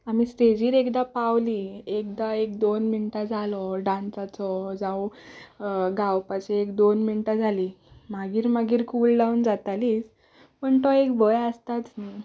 आमी स्टेजीर एकदां पावलीं एकदां दोन मिनटां जालीं डांसाचीं जावं गावपाचें एक दोन मिनटां जालीं मागीर मागीर कूल डावन जातालींच पूण तो एक भंय आसताच न्हय